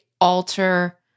alter